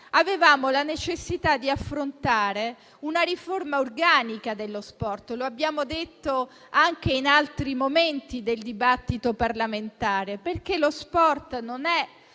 Avevamo la necessità di affrontare una riforma organica dello sport, come abbiamo detto anche in altri momenti del dibattito parlamentare. Lo sport infatti